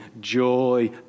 joy